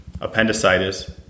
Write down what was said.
appendicitis